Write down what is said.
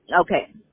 Okay